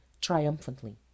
triumphantly